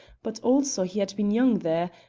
but also he had been young there,